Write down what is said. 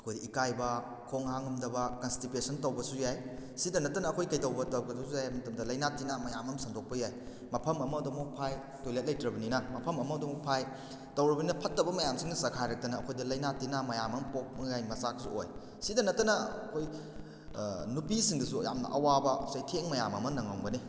ꯑꯩꯈꯣꯏꯗ ꯏꯀꯥꯏꯕ ꯈꯣꯡ ꯍꯥꯝ ꯉꯝꯗꯕ ꯀꯟꯁꯇꯤꯄꯦꯁꯟ ꯇꯧꯕꯁꯨ ꯌꯥꯏ ꯁꯤꯗ ꯅꯠꯇꯅ ꯑꯩꯈꯣꯏ ꯀꯩꯇꯧꯕ ꯇꯧꯕꯗꯁꯨ ꯍꯥꯏꯕ ꯃꯇꯝꯗ ꯂꯥꯏꯅꯥ ꯇꯤꯟꯅꯥ ꯃꯌꯥꯝ ꯑꯃ ꯁꯟꯗꯣꯛꯄ ꯌꯥꯏ ꯃꯐꯝ ꯑꯃꯗ ꯑꯃꯨꯛ ꯐꯥꯏ ꯇꯣꯏꯂꯦꯠ ꯂꯩꯇ꯭ꯔꯕꯅꯤꯅ ꯃꯐꯝ ꯑꯃꯗ ꯑꯃꯨꯛ ꯐꯥꯏ ꯇꯧꯔꯕꯅꯤꯅ ꯐꯠꯇꯕ ꯃꯌꯥꯝꯁꯤꯅ ꯆꯥꯏꯈꯥꯏꯔꯛꯇꯅ ꯑꯩꯈꯣꯏꯗ ꯂꯥꯏꯅꯥ ꯇꯤꯟꯅꯥ ꯃꯌꯥꯝ ꯑꯃ ꯄꯣꯛꯅꯤꯡꯉꯥꯏ ꯃꯆꯥꯛꯁꯨ ꯑꯣꯏ ꯁꯤꯗ ꯅꯠꯇꯅ ꯑꯩꯈꯣꯏ ꯅꯨꯄꯤꯁꯤꯡꯗꯁꯨ ꯌꯥꯝꯅ ꯑꯋꯥꯕ ꯆꯩꯊꯦꯡ ꯃꯌꯥꯝ ꯑꯃ ꯅꯪꯉꯝꯒꯅꯤ